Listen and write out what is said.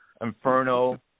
Inferno